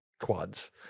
quads